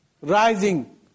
rising